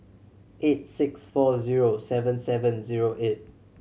eight six four zero seven seven zero eight